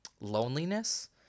loneliness